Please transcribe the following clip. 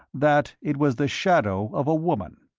that it was the shadow of a woman.